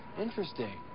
Interesting